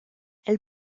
elle